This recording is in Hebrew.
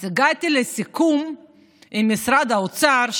אז הגעתי לסיכום עם משרד האוצר.